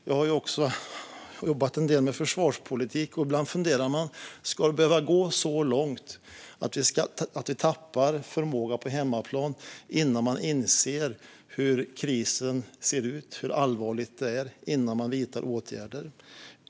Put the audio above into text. Jag har jobbat en del med försvarspolitik, och ibland funderar jag. Ska det behöva gå så långt att vi tappar förmåga på hemmaplan innan vi inser hur krisen ser ut och hur allvarligt det är och innan vi vidtar åtgärder?